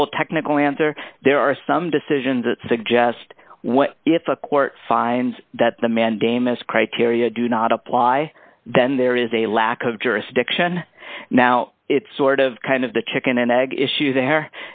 full technical answer there are some decisions that suggest what if a court finds that the mandamus criteria do not apply then there is a lack of jurisdiction now it's sort of kind of the chicken and egg issue there